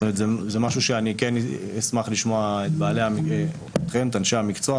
זה משהו שאני כן אשמח לשמוע את אנשי המקצוע.